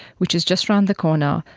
which is just around the corner,